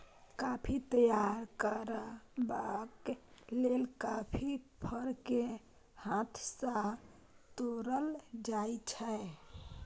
coffee तैयार करबाक लेल कॉफी फर केँ हाथ सँ तोरल जाइ छै